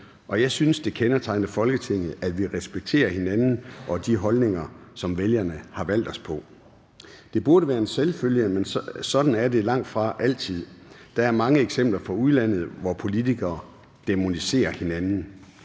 og jeg synes, det kendetegner Folketinget, at vi respekterer hinanden og de holdninger, som vælgerne har valgt os på. Det burde være en selvfølge, men sådan er det langt fra altid. Der er mange eksempler fra udlandet, hvor politikere dæmoniserer hinanden.